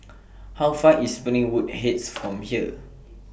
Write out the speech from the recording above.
How Far away IS Springwood Heights from here